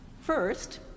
first